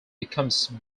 becomes